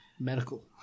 Medical